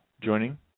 joining